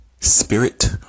spirit